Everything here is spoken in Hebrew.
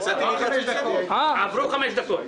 יצאתי --- עברו חמש דקות.